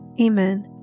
Amen